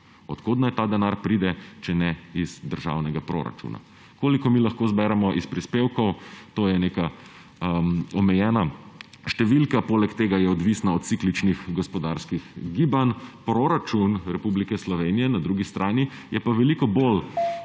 Od kod naj ta denar pride, če ne iz državnega proračuna. Koliko mi lahko zberemo iz prispevkov, to je neka omejena številka, poleg tega je odvisna od cikličnih gospodarskih gibanj. Proračun Republike Slovenije na drugi strani je pa veliko bolj